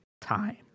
time